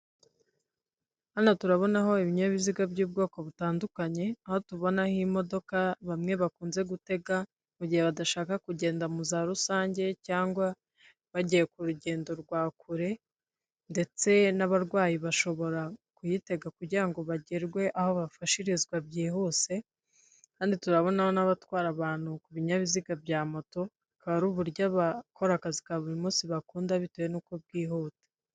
Hano turabonaho ibinyabiziga by'ubwoko butandukanye, aho tubonaho imodoka bamwe bakunze gutega, mu mu gihe badashaka kugenda mu za rusange cyangwa bagiye ku rugendo rwa kure ndetse n'abarwayi bashobora kuyitega kugira ngo bagerwe aho bafashirizwa byihuse, kandi turabonaho n'abatwara abantu ku binyabiziga bya moto, bukaba ari uburyo abakora akazi ka buri munsi bakunda, bitewe n'uko bwihuta.